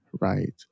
right